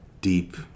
deep